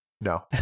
No